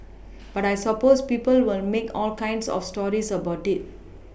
but I suppose people will make all kinds of stories about it